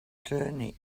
journey